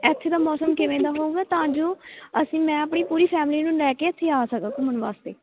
ਇੱਥੇ ਦਾ ਮੌਸਮ ਕਿਵੇਂ ਦਾ ਹੋਵੇਗਾ ਤਾਂ ਜੋ ਅਸੀਂ ਮੈਂ ਆਪਣੀ ਪੂਰੀ ਫੈਮਿਲੀ ਨੂੰ ਲੈ ਕੇ ਇੱਥੇ ਆ ਸਕਾਂ ਘੁੰਮਣ ਵਾਸਤੇ